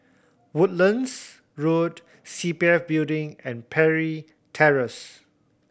Woodlands Road C P F Building and Parry Terrace